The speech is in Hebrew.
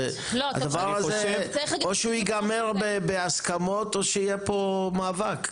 הדבר הזה או שהוא ייגמר בהסכמות או שיהיה פה מאבק.